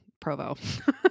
Provo